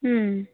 হুম